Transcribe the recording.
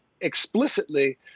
explicitly